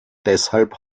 deshalb